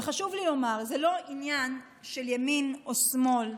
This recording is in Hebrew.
וחשוב לי לומר, זה לא עניין של ימין או שמאל,